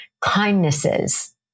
kindnesses